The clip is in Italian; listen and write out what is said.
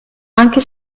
anche